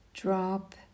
Drop